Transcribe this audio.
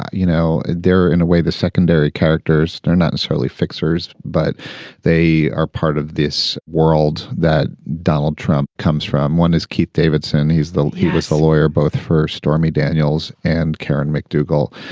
you know, they're in a way the secondary characters are not necessarily fixers, but they are part of this world that donald trump comes from. one is keith davidson. he's the he was the lawyer both for stormy daniels and karen mcdougal.